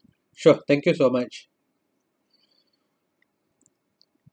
sure thank you so much